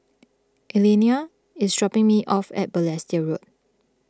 Elaina is dropping me off at Balestier Road